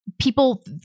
people